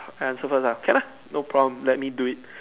I answer first can ah no problem let me do it